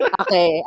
okay